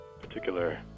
particular